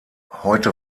heute